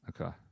Okay